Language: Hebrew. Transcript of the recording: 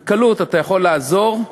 בקלות אתה יכול לעזור,